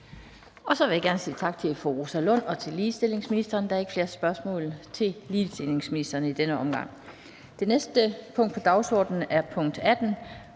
Så vil jeg gerne sige tak til fru Rosa Lund og til ligestillingsministeren. Der er ikke flere spørgsmål til ligestillingsministeren i denne omgang. Det næste spørgsmål på dagsordenen er spørgsmål